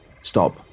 Stop